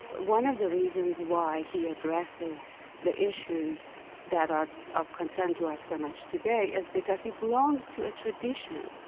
one of the reasons why he addresses the issues that are of concern to us so much today is because he belongs to a tradition,